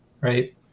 right